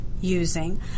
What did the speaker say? using